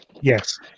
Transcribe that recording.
Yes